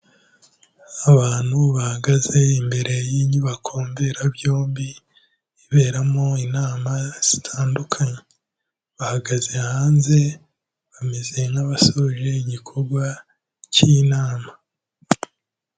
Abantu bahagaze imbere y'inyubako mberabyombi, iberamo inama zitandukanye. Bahagaze hanze, bameze nk'abasoje igikorwa cy'inama.